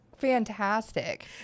fantastic